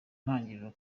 itangiriro